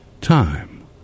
time